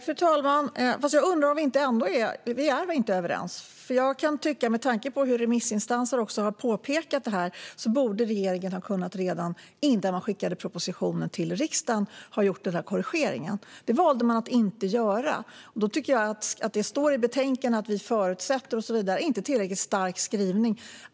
Fru talman! Vi är nog ändå inte överens. Med tanke på remissinstansers påpekanden kan jag tycka att regeringen borde ha kunnat göra den här korrigeringen redan innan man skickade propositionen till riksdagen. Det valde man att inte göra. Det som står i betänkandet om att "utskottet förutsätter" och så vidare är inte en tillräckligt stark skrivning.